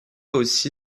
aussi